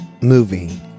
movie